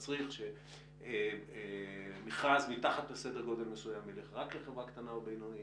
שמצריך שמכרז מתחת לסדר גודל מסוים ילך רק לחברה קטנה או בינונית,